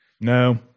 No